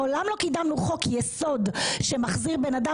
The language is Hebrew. מעולם לא קידמנו חוק יסוד שמחזיר בן אדם